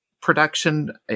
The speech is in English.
production